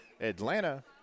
Atlanta